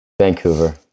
vancouver